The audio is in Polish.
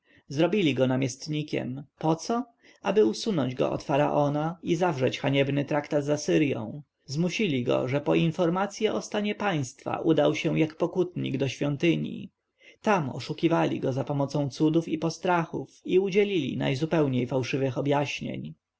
zrobili go namiestnikiem poco aby usunąć go od faraona i zawrzeć haniebny traktat z asyrją zmusili go że po informacje o stanie państwa udał się jak pokutnik do świątyni tam oszukiwali go zapomocą cudów i postrachów i udzielili najzupełniej fałszywych objaśnień